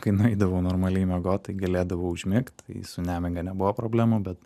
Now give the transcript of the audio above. kai nueidavau normaliai miegot tai galėdavau užmigt tai su nemiga nebuvo problemų bet